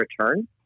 return